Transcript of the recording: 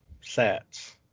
sets